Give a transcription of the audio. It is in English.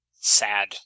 sad